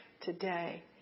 today